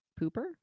pooper